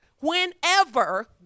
Whenever